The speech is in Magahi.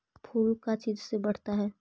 फूल का चीज से बढ़ता है?